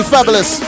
Fabulous